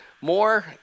More